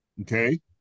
Okay